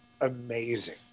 amazing